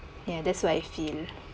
ya that's why I failed